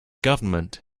government